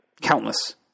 countless